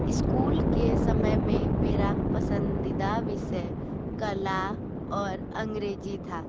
school के समय में मेरा पसंदीदा विषय कला और अंग्रेजी था